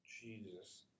Jesus